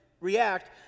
react